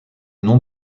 nom